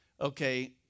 Okay